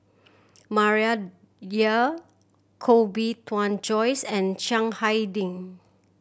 Maria Dyer Koh Bee Tuan Joyce and Chiang Hai Ding